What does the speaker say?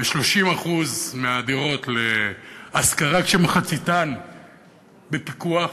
ו-30% מהדירות להשכרה, מחציתן בפיקוח,